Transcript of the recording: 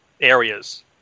areas